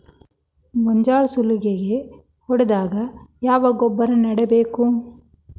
ಗೋಂಜಾಳ ಸುಲಂಗೇ ಹೊಡೆದಾಗ ಯಾವ ಗೊಬ್ಬರ ನೇಡಬೇಕು?